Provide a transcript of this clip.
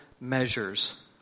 measures